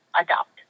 adopt